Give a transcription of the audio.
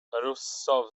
rousseau